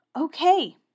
okay